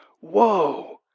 whoa